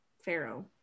pharaoh